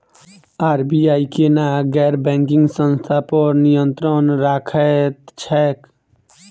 RBI केना गैर banking संस्था पर नियत्रंण राखैत छैक?